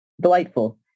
delightful